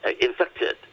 infected